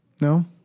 no